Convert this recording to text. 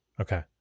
Okay